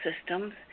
systems